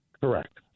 Correct